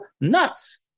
nuts